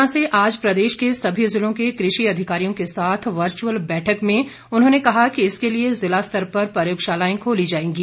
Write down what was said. ऊना से आज प्रदेश के सभी जिलों के कृषि अधिकारियों के साथ वर्चुअल बैठक में उन्होंने कहा कि इसके लिए जिलास्तर पर प्रयोगशालाएं खोली जाएंगी